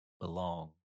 belong